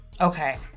Okay